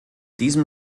diesem